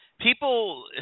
People